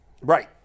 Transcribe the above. Right